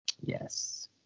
Yes